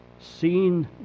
seen